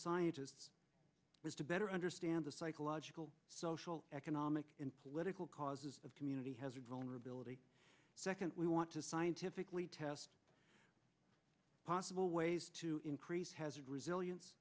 to better understand the psychological social economic and political causes of community has a vulnerability second we want to scientifically test possible ways to increase has resilience